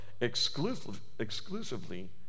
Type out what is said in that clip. exclusively